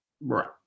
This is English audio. Right